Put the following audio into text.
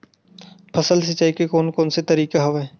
फसल सिंचाई के कोन कोन से तरीका हवय?